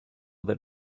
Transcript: that